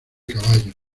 caballos